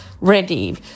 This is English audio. ready